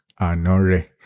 anore